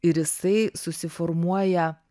ir jisai susiformuoja